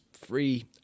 free